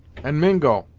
and, mingo,